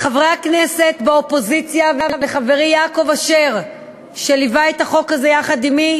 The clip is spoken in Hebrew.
לחברי הכנסת באופוזיציה ולחברי יעקב אשר שליווה את החוק הזה יחד עמי,